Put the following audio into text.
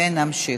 ונמשיך.